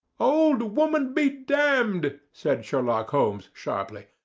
old woman be damned! said sherlock holmes, sharply.